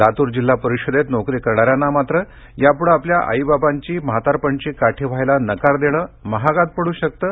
लातूर जिल्हा परिषदेत नोकरी करणाऱ्यांना मात्र यापुढे आपल्या आई बाबांची म्हातारपणची काठी व्हायला नकार देणं महागात पडू शकतं